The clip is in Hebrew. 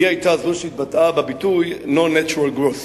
היא היתה זו שהתבטאה בביטוי no natural growth.